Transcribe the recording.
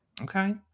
Okay